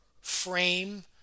frame